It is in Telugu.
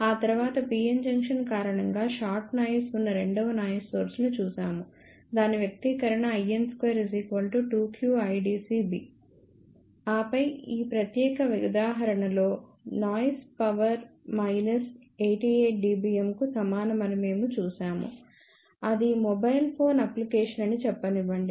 ఆ తరువాత p n జంక్షన్ కారణంగా షాట్ నాయిస్ ఉన్న రెండవ నాయిస్ సోర్స్ ని చూశాము దాని వ్యక్తీకరణ in2 2qidcB ఆపై ఈ ప్రత్యేక ఉదాహరణ లో నాయిస్ పవర్ మైనస్ 88 dBm కు సమానం అని మేము చూశాము అది మొబైల్ ఫోన్ అప్లికేషన్ అని చెప్పనివ్వండి